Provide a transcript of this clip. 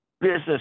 business